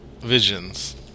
Visions